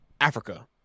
africa